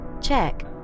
check